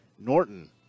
Norton